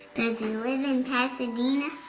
does he live in pasadena?